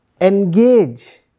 engage